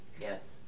Yes